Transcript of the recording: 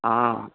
હા